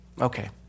Okay